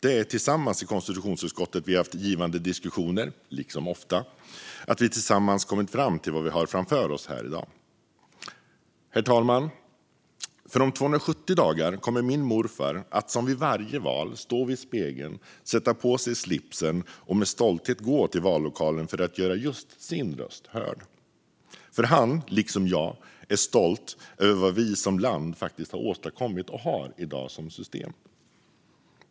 Vi har i konstitutionsutskottet haft givande diskussioner, som oftast, och tillsammans kommit fram det vi har framför oss här i dag. Herr talman! Om 270 dagar kommer min morfar att som vid varje val stå vid spegeln, sätta på sig slipsen och med stolthet gå till vallokalen för att göra just sin röst hörd. Han är liksom jag stolt över vad vi som land har åstadkommit och har som system i dag.